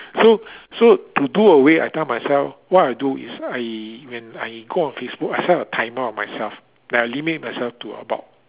so so to do away I tell myself what I do is I when I go on Facebook I set a timer on myself that I limit myself to about